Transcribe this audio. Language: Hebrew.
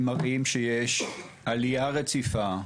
הם מראים שיש עלייה רציפה,